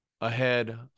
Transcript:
ahead